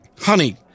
honey